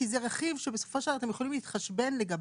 כי זה רכיב שבסופו של דבר אתם יכולים להתחשבן לגביו.